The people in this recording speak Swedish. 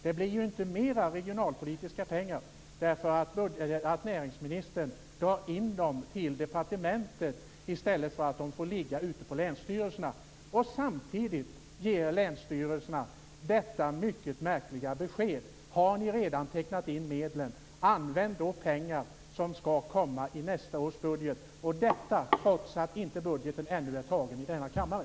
Det blir inte mera regionalpolitiska pengar därför att näringsministern drar in pengarna till departementet i stället för att låta dem ligga ute på länsstyrelserna. Samtidigt ger länsstyrelserna det mycket märkliga beskedet: Har ni redan tecknat in medlen, använd då pengar som skall komma i nästa års budget - detta alltså trots att nästa års budget ännu inte är tagen i denna kammare.